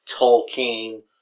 Tolkien